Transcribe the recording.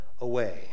away